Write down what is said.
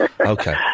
Okay